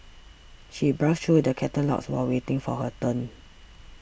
she browsed through the catalogues while waiting for her turn